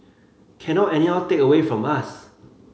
cannot anyhow take away from us